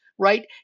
right